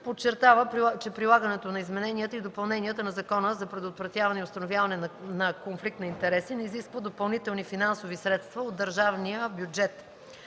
Подчертава се, че прилагането на измененията и допълненията на Закона за предотвратяване и установяване на конфликт на интереси не изисква допълнителни финансови средства от държавния бюджет.